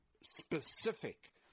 specific